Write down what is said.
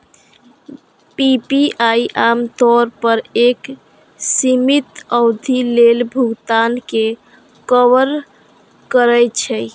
PPI आम तौर पर एक सीमित अवधि लेल भुगतान कें कवर करै छै